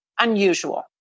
unusual